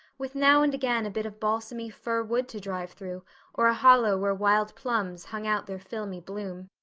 with now and again a bit of balsamy fir wood to drive through or a hollow where wild plums hung out their filmy bloom.